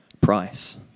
price